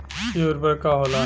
इ उर्वरक का होला?